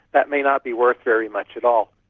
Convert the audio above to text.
that may not be worth very much at all.